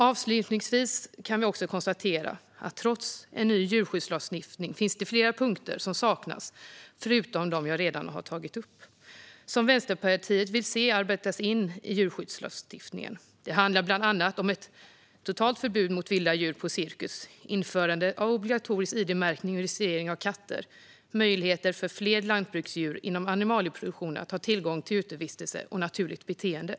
Avslutningsvis kan vi konstatera att det trots en ny djurskyddslagstiftning finns flera punkter som saknas förutom det jag redan har tagit upp, som Vänsterpartiet vill se arbetas in i djurskyddslagstiftningen. Det handlar bland annat om ett totalt förbud mot vilda djur på cirkus, införande av obligatorisk id-märkning och registrering av katter och möjligheter för fler lantbruksdjur inom animalieproduktionen att ha tillgång till utevistelse och naturligt beteende.